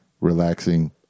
relaxing